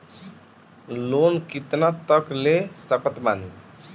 Loan कितना तक ले सकत बानी?